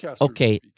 okay